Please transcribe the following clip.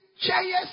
chairs